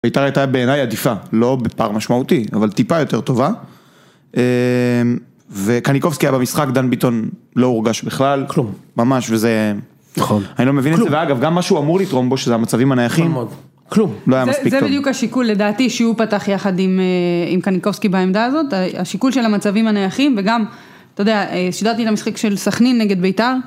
ביתר הייתה בעיניי עדיפה, לא בפער משמעותי, אבל טיפה יותר טובה. וקניקובסקי היה במשחק, דן ביטון לא הורגש בכלל. כלום. ממש, וזה... נכון. כלום. אני לא מבין את זה, ואגב, גם מה שהוא אמור לתרום בו, שזה המצבים הנייחים. כלום עמוד. כלום. לא היה מספיק טוב. זה בדיוק השיקול לדעתי שהוא פתח יחד עם קניקובסקי בעמדה הזאת, השיקול של המצבים הנייחים, וגם, אתה יודע, שידרתי את המשחק של סכנין נגד ביתר.